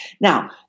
Now